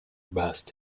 best